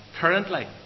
Currently